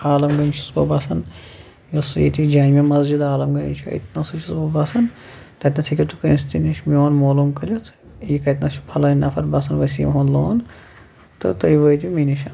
عالَم گَنٛجہ چھُس بہٕ بَسان یوٚس ییٚتہِ جامع مسجِد عالم گَنجہ چھِ أتنَسے چھُس بہٕ بَسان تَتیٚتھ ہیٚکِو تُہۍ کٲنٛسہِ تہِ نِش مولوم کٔرِتھ یہِ کتنَس چھ فَلٲنۍ نفر بَسان وسیٖم احمد لون تہٕ تُہۍ وٲتِو مےٚ نِشَن